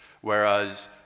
Whereas